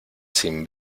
sin